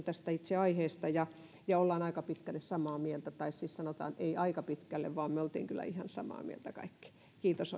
tästä aiheesta erinomaisen keskustelun ja olemme aika pitkälle samaa mieltä tai siis sanotaan ei aika pitkälle vaan me olimme kyllä ihan samaa mieltä kaikki kiitos